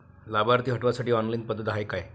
लाभार्थी हटवासाठी ऑनलाईन पद्धत हाय का?